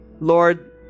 Lord